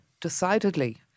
decidedly